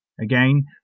Again